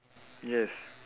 yes